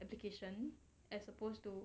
application as opposed to